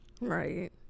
Right